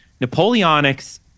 Napoleonics